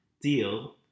deal